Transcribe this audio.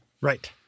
Right